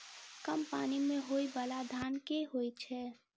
कम पानि मे होइ बाला धान केँ होइ छैय?